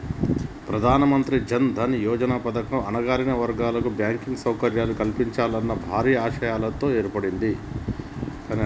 ప్రధానమంత్రి జన్ దన్ యోజన పథకం అణగారిన వర్గాల కు బ్యాంకింగ్ సౌకర్యం కల్పించాలన్న భారీ ఆశయంతో ఏర్పడింది